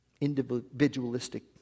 individualistic